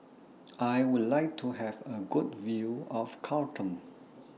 I Would like to Have A Good View of Khartoum